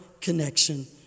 connection